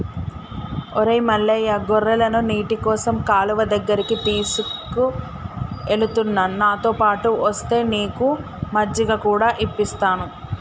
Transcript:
ఒరై మల్లయ్య గొర్రెలను నీటికోసం కాలువ దగ్గరికి తీసుకుఎలుతున్న నాతోపాటు ఒస్తే నీకు మజ్జిగ కూడా ఇప్పిస్తాను